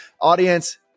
Audience